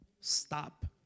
Stop